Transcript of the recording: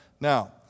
Now